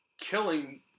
killing